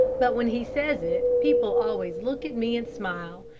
but when he says it people always look at me and smile.